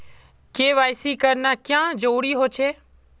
KYC करना क्याँ जरुरी होचे?